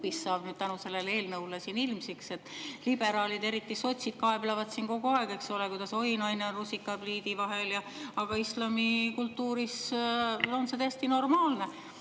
kuubis saab nüüd tänu sellele eelnõule siin ilmsiks! Liberaalid, eriti sotsid, kaeblevad siin kogu aeg, eks ole, kuidas oi, naine on rusika ja pliidi vahel, aga islami kultuuri puhul on see täiesti normaalne